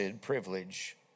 privilege